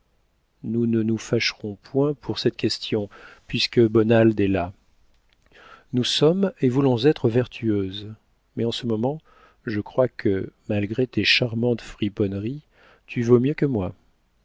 nous ne nous fâcherons point pour cette question puisque bonald est là nous sommes et voulons être vertueuses mais en ce moment je crois que malgré tes charmantes friponneries tu vaux mieux que moi